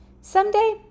Someday